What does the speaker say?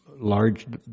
Large